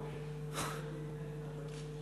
התקציב.